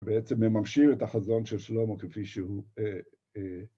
בעצם מממשים את החזון של שלמה כפי שהוא...